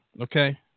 okay